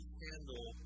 handle